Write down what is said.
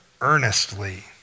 earnestly